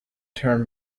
term